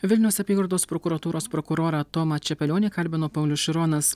vilniaus apygardos prokuratūros prokurorą tomą čepelionį kalbino paulius šironas